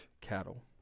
cattle